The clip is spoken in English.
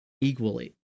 equally